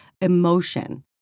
emotion